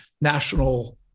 national